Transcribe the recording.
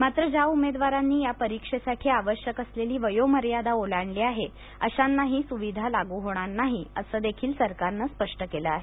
मात्र ज्या उमेदवारांनी या परीक्षेसाठी आवश्यक असलेली वयोमर्यादा ओलांडली आहे अशांना ही सुविधा लागू होणार नाही असं देखील सरकारने स्पष्ट केल आहे